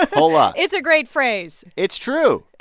whole lot it's a great phrase it's true